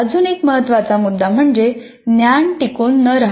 अजून एक महत्त्वाचा मुद्दा म्हणजे ज्ञान टिकून न राहणे